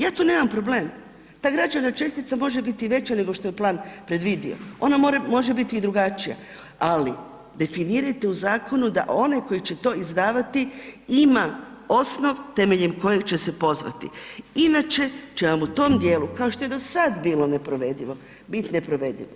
Ja tu nemam problem, ta građevna čestica može biti veća nego što je plan predvidio, ona može biti i drugačija, ali definirajte u zakonu da onaj koji će to izdavati ima osnov temeljem kojeg će se pozvati, inače će vam u tom dijelu kao što je i do sada bilo neprovedivo, biti neprovedivo.